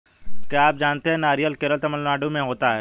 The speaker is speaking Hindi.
क्या आप जानते है नारियल केरल, तमिलनाडू में होता है?